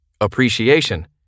Appreciation